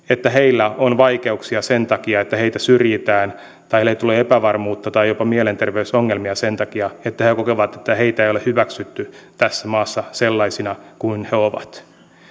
että heillä on vaikeuksia sen takia että heitä syrjitään tai joille tulee epävarmuutta tai jopa mielenterveysongelmia sen takia että he kokevat että heitä ei ole hyväksytty tässä maassa sellaisina kuin he ovat